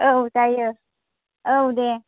औ जायो औ दे